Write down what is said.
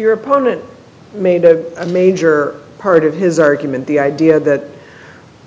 your opponent made a major part of his argument the idea that